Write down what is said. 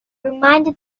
reminded